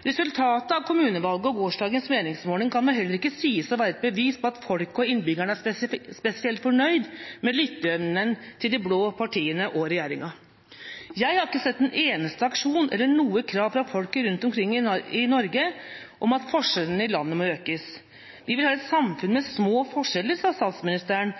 Resultatet av kommunevalget og gårsdagens meningsmåling kan vel heller ikke sies å være et bevis på at folk og innbyggere er spesielt fornøyd med lytteevnen til de blå partiene og regjeringa. Jeg har ikke sett en eneste aksjon eller noe krav fra folket rundt omkring i Norge om at forskjellene i landet må økes. Vi vil ha et samfunn med små forskjeller, sa statsministeren,